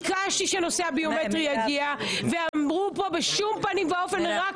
ביקשתי שנושא הביומטרי יגיע אלי ואמרו כאן בשום פנים ואופן לא,